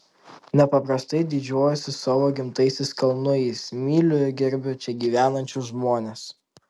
nepaprastai didžiuojuosi savo gimtaisiais kalnujais myliu ir gerbiu čia gyvenančius žmones